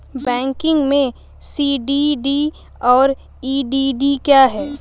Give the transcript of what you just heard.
Banking में CDD और EDD क्या हैं?